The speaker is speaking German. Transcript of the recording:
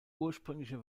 ursprüngliche